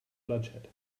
bloodshed